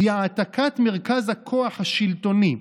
"היא העתקת מרכז הכוח השלטוני,